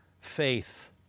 faith